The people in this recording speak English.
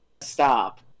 Stop